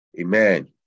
Amen